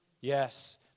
Yes